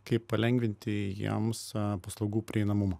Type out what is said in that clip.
kaip palengvinti jiems savo paslaugų prieinamumą